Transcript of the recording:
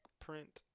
Print